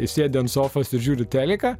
sėdi ant sofos ir žiūri teliką